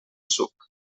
suc